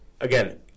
again